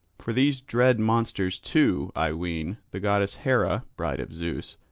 for these dread monsters too, i ween, the goddess hera, bride of zeus,